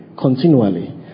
continually